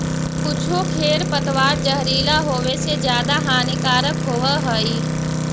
कुछो खेर पतवार जहरीला होवे से ज्यादा हानिकारक होवऽ हई